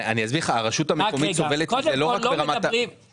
הרשות המקומית סובלת מזה לא רק ברמת --- רק רגע.